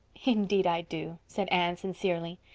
indeed i do, said anne sincerely.